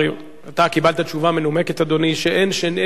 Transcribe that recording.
אתה קיבלת תשובה מנומקת, אדוני, שאין שנייה לה.